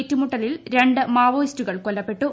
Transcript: ഏറ്റമുട്ടലിൽ രണ്ട് മാവോയിസ്റ്റുകൾ കൊല്ലപ്പെട്ടു